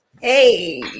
Hey